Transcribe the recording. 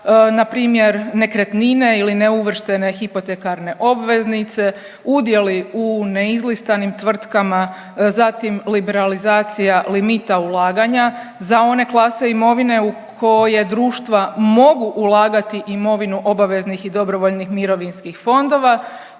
npr. nekretnine ili neuvrštene hipotekarne obveznice, udjeli u neizlistanim tvrtkama, zatim liberalizacija limita ulaganja za one klase imovine u koje društva mogu ulagati imovinu obaveznih i dobrovoljnih mirovinskih fondova.